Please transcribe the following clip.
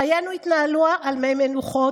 חיינו התנהלו על מי מנוחות,